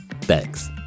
Thanks